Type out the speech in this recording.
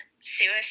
suicide